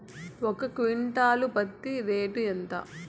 ఒక క్వింటాలు పత్తి రేటు ఎంత?